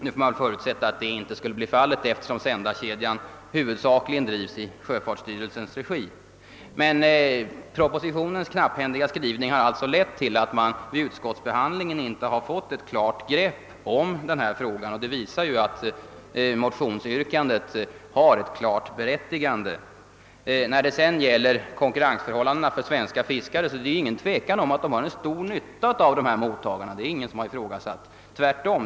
Något sådant blir det väl inte fråga om, eftersom sändarkedjan huvudsakligen drives i sjöfartsverkets regi. Men propositionens knapphändiga skrivning har lett till att man vid utskottsbehandlingen tydligen inte fått något ordentligt grepp om frågan, och det visar att motionsyrkandet är klart berättigat. Vad sedan konkurrensförhållandena för de svenska fiskarna angår är det inget tvivel om att de har mycket stor nytta av dessa mottagare. Den saken har heller ingen ifrågasatt.